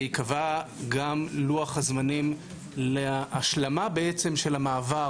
שייקבע גם לוח הזמנים להשלמה בעצם של המעבר